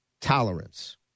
tolerance